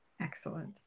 Excellent